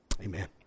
Amen